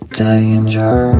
Danger